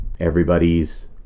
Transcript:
Everybody's